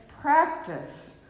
practice